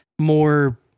more